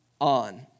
on